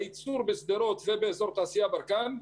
הייצור בשדרות ובאזור תעשייה ברקן,